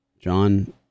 John